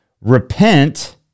Repent